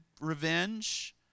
revenge